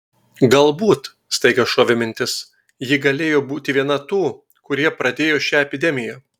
galbūt staiga šovė mintis ji galėjo būti viena tų kurie pradėjo šią epidemiją